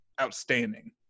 outstanding